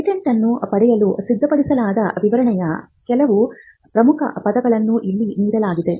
ಪೇಟೆಂಟನ್ನು ಪಡೆಯಲು ಸಿದ್ಧಪಡಿಸಲಾದ ವಿವರಣೆಯ ಕೆಲವು ಪ್ರಮುಖ ಪದಗಳನ್ನು ಇಲ್ಲಿ ನೀಡಲಾಗಿದೆ